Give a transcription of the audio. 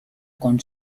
con